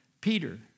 Peter